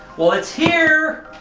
well it's here!